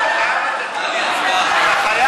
מילא